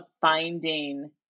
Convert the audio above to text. finding